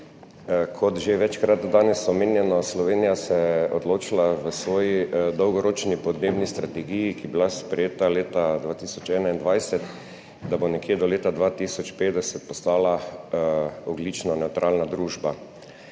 Kot že večkrat danes omenjeno, Slovenija se je odločila v svoji dolgoročni podnebni strategiji, ki je bila sprejeta leta 2021, da bo nekje do leta 2050 postala ogljično nevtralna družba.